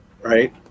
right